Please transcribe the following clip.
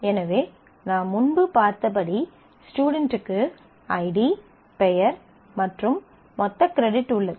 எனவே நாம் முன்பு பார்த்தபடி ஸ்டுடென்ட்டுக்கு ஐடி பெயர் மற்றும் மொத்த கிரெடிட் உள்ளது